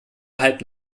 halb